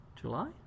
July